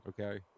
Okay